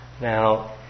Now